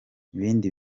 ibindi